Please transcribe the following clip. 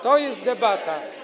To jest debata.